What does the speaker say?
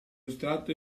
estratto